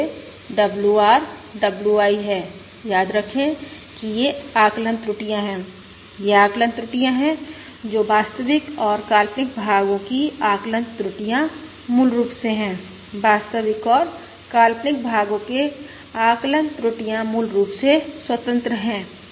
तो ये WR WI हैं याद रखें कि ये आकलन त्रुटियां हैं ये आकलन त्रुटियां हैं जो वास्तविक और काल्पनिक भागों की आकलन त्रुटियां मूल रूप से हैं वास्तविक और काल्पनिक भागों के आकलन त्रुटियां मूल रूप से स्वतंत्र हैं